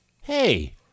hey